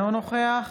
אינו נוכח